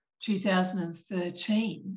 2013